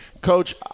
Coach